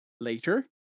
later